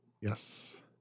Yes